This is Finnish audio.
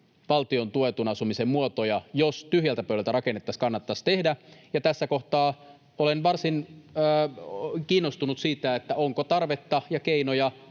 valtion tuetun asumisen muotoja kannattaisi tehdä, jos tyhjältä pöydältä rakennettaisiin. Ja tässä kohtaa olen varsin kiinnostunut siitä, onko tarvetta ja keinoja